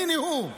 הינה הוא,